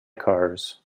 cars